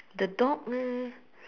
the dog leh